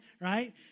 right